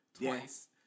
Twice